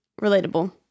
Relatable